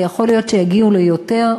ויכול להיות שיגיעו ליותר,